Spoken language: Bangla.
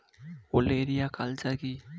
ওলেরিয়া কালচার কি?